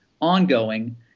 ongoing